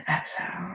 exhale